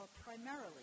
primarily